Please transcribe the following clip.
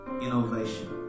innovation